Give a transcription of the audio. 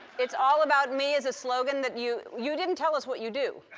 it's all about me is a slogan that you you didn't tell us what you do.